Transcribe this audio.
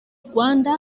rwanda